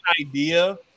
idea